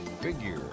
Figure